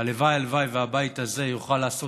הלוואי הלוואי שהבית הזה יוכל לעשות